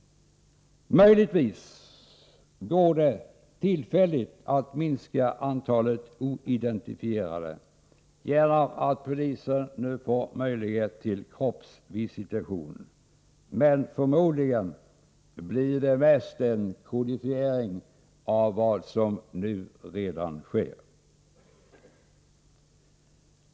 Möjligtvis går det tillfälligt att minska antalet oidentifierade genom att polisen nu får möjlighet till kroppsvisitation. Men förmodligen blir det mest en kodifiering av vad som redan sker.